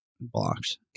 Blocks